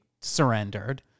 surrendered